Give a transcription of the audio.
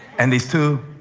and these two